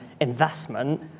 investment